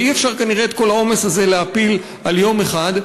ואי-אפשר כנראה את כל העומס הזה להפיל על יום אחד.